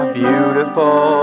beautiful